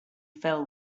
fell